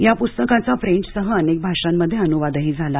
या पुस्तकाचा फ्रेंच सहित अनेक भाषांमध्ये अनुवादही झाला